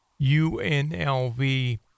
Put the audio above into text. UNLV